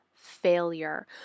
failure